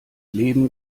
leben